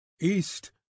East